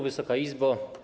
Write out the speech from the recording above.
Wysoka Izbo!